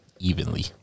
evenly